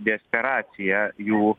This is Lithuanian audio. desperaciją jų